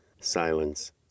Silence